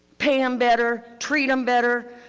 pay them better, treat them better.